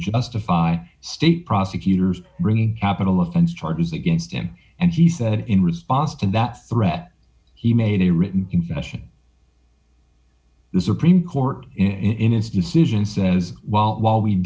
justify state prosecutors bringing capital offense charges against him and he said in response to that threat he made a written confession the supreme court in his decision says while while we